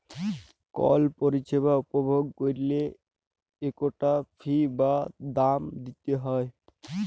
call পরিছেবা উপভগ ক্যইরলে ইকটা ফি বা দাম দিইতে হ্যয়